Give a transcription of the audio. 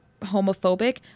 homophobic